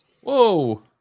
Whoa